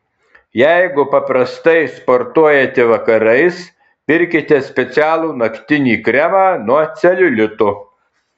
jeigu paprastai sportuojate vakarais pirkite specialų naktinį kremą nuo celiulito